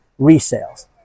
resales